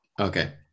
Okay